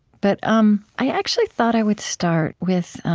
but um i actually thought i would start with